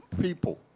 people